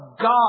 God